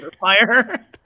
fire